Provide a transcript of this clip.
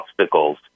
obstacles